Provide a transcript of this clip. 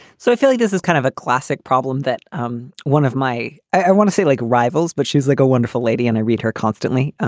so i feel like this is kind of a classic problem that um one of my i want to say like rivals, but she's like a wonderful lady and i read her constantly.